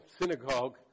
synagogue